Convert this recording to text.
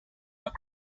are